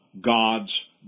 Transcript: God's